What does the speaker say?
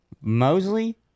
Mosley